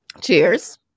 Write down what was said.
cheers